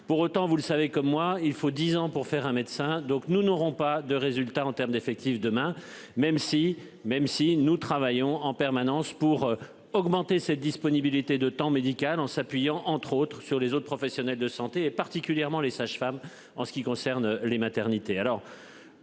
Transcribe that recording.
Pour autant, vous le savez comme moi il faut 10 ans pour faire un médecin, donc nous n'aurons pas de résultats en terme d'effectifs demain même si même si nous travaillons en permanence pour augmenter cette disponibilité de temps médical en s'appuyant entre autres sur les autres professionnels de santé et particulièrement les sages-femmes en ce qui concerne les maternités